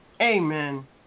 Amen